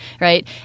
right